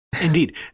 Indeed